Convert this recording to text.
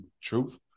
truth